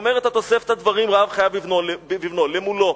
אומרת התוספתא דברים שהאב חייב בבנו: למולו,